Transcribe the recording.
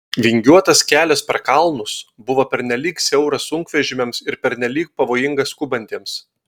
vingiuotas kelias per kalnus buvo pernelyg siauras sunkvežimiams ir pernelyg pavojingas skubantiems